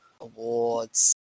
Awards